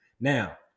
Now